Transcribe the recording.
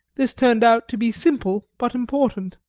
this turned out to be simple but important.